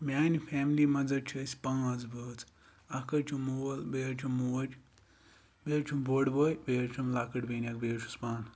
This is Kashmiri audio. میٛانہِ فیملی منٛز حظ چھِ أسۍ پانٛژھ بٲژ اَکھ حظ چھِ مول بیٚیہِ حظ چھِ موج بیٚیہِ حظ چھُم بوٚڑ بوے بیٚیہِ حظ چھِم لَکٕٹ بیٚنہِ اَکھ بیٚیہِ حظ چھُس پانہٕ